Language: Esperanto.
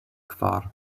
kvar